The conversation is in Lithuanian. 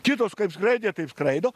kitos kaip skraidė taip skraido